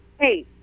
hey